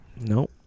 No